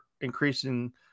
Increasing